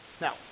Now